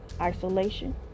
isolation